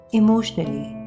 emotionally